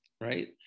right